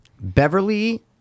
Beverly